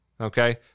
okay